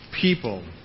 people